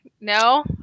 no